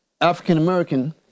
African-American